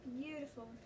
Beautiful